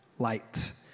light